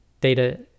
data